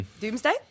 Doomsday